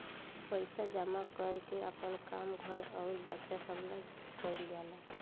पइसा जमा कर के आपन काम, घर अउर बच्चा सभ ला कइल जाला